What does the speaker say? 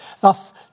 Thus